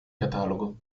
catalogo